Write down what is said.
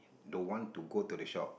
the one to go to the shop